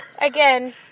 Again